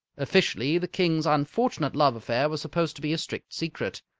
officially, the king's unfortunate love affair was supposed to be a strict secret.